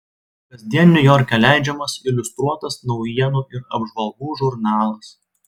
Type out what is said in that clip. kasdien niujorke leidžiamas iliustruotas naujienų ir apžvalgų žurnalas